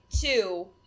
two